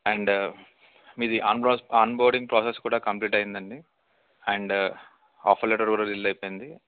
and మీది onboarding process కూడా complete అయిందండి అండ్ ఆఫర్ లెటర్ కూడా రిలీజ్ అయిపోయింది